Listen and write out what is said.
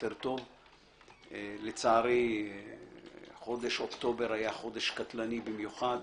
לצערי חודש אוקטובר היה קטלני במיוחד